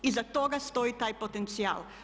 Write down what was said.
Iza toga stoji taj potencijal.